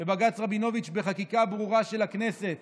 ובג"ץ רבינוביץ' בחקיקה ברורה של הכנסת